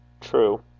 True